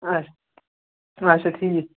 اچھ اچھا ٹھیٖک